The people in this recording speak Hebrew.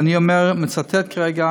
ואני מצטט כרגע